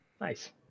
Nice